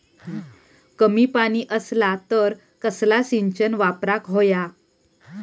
कमी पाणी असला तर कसला सिंचन वापराक होया?